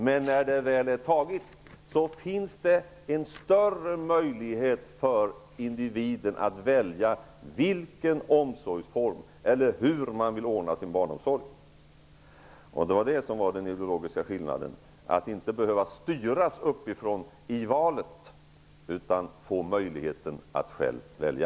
Men när beslutet väl är fattat, finns en större möjlighet för individen att välja vilken omsorgsform man vill ha eller hur man vill ordna sin barnomsorg. Det var det som var den ideologiska skillnaden, att vi menar att man inte skall behöva styras uppifrån i valet utan få möjligheten att själv välja.